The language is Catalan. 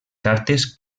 cartes